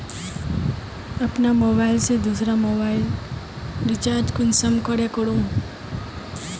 अपना मोबाईल से दुसरा मोबाईल रिचार्ज कुंसम करे करूम?